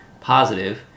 positive